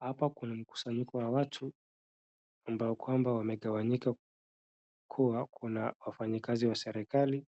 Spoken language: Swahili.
Hapa kuna mkusanyiko wa watu ambao kwamba wamengawanyika kuwa kuna wafanyakazi wa serikali